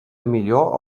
millor